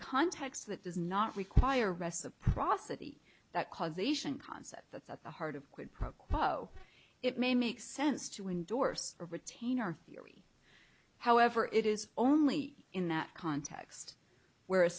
context that does not require reciprocity that causation concept that's at the heart of quid pro quo it may make sense to endorse a retainer theory however it is only in that context where a